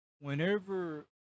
Whenever